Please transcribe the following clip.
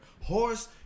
Horse –